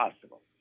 possible